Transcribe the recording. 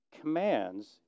commands